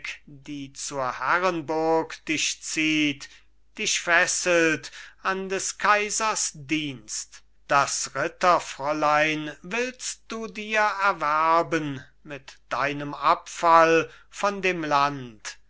die zur herrenburg dich zieht dich fesselt an des kaisers dienst das ritterfräulein willst du dir erwerben mit deinem abfall von dem land